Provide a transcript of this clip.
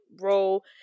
role